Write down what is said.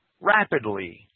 rapidly